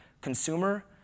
consumer